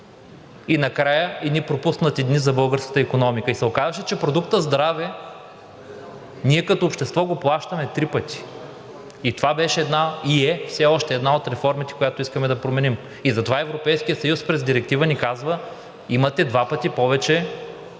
и накрая – едни пропуснати дни за българската икономика. Оказваше се, че продуктът здраве ние като общество го плащаме 3 пъти. Това беше и е все още една от реформите, които искаме да променим. Затова Европейският съюз през директива ни казва: имате два пъти повече